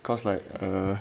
cause like err